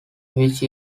which